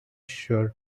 sure